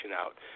out